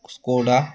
Skoda